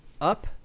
up